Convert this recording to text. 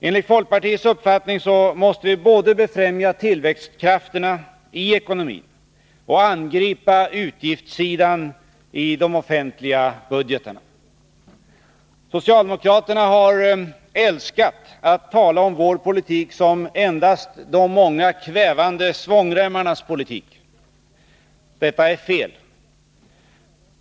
Enligt folkpartiets uppfattning måste vi både befrämja tillväxtkrafterna i ekonomin och angripa utgiftssidan i de offentliga budgetarna. Socialdemokraterna har älskat att tala om vår politik som endast de många kvävande svångremmarnas politik. Detta är fel.